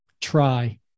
Try